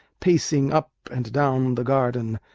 pacing up and down the garden,